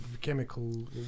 chemical